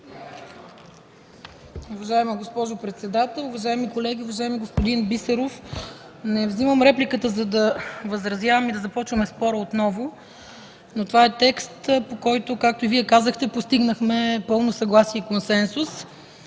Уважаема госпожо председател, уважаеми колеги, уважаеми господин Бисеров! Не вземам репликата, за да възразявам и да започваме спора отново, но това е текст, по който както и Вие казахте постигнахме пълно съгласие и консенсус.